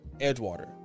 Edgewater